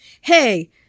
Hey